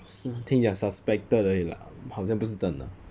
something ya suspected 而已 lah 好像不是真的